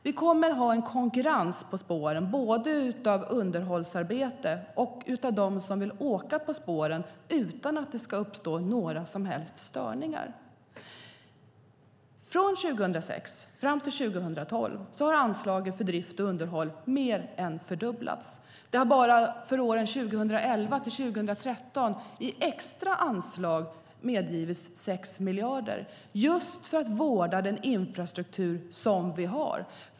Vi kommer att ha en konkurrens på spåren både av underhållsarbete och av dem som vill åka på spåren utan att det uppstår några som helst störningar. Från 2006 fram till 2012 har anslaget till drift och underhåll mer än fördubblats. Det har bara för åren 2011-2013 medgivits 6 miljarder i extra anslag för att vårda den infrastruktur vi har.